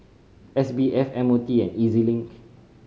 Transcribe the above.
S B F M O T and E Z Link